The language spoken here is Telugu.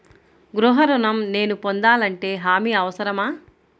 గృహ ఋణం నేను పొందాలంటే హామీ అవసరమా?